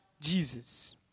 Jesus